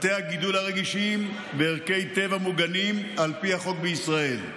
בתי הגידול הרגישים וערכי טבע מוגנים על פי החוק בישראל.